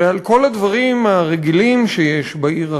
ועם כל הדברים הרגילים שיש בעיר ערד,